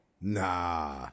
Nah